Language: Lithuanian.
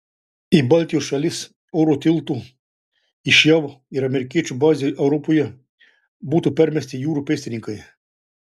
į baltijos šalis oro tiltu iš jav ir amerikiečių bazių europoje būtų permesti jūrų pėstininkai